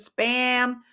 spam